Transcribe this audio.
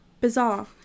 bizarre